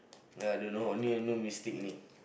nah I don't know only no mistake only